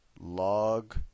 log